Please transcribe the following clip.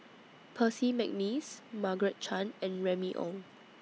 Percy Mcneice Margaret Chan and Remy Ong